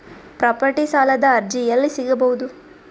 Property ಸಾಲದ ಅರ್ಜಿ ಎಲ್ಲಿ ಸಿಗಬಹುದು?